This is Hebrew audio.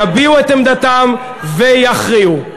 יביעו את עמדתם ויכריעו.